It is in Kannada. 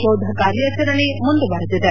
ಶೋಧ ಕಾರ್ಯಾಚರಣೆ ಮುಂದುವರೆದಿದೆ